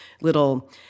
little